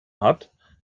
hat